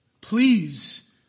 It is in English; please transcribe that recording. Please